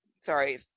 Sorry